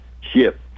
ship